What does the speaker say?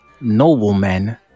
noblemen